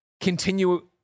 continue